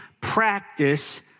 practice